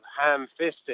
ham-fisted